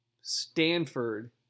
Stanford